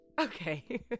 Okay